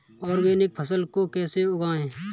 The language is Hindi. ऑर्गेनिक फसल को कैसे उगाएँ?